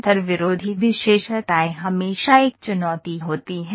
अंतर्विरोधी विशेषताएं हमेशा एक चुनौती होती हैं